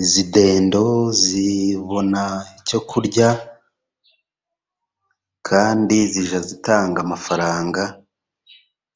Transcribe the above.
Izi dendo zibona icyo kurya kandi zijya zitanga amafaranga,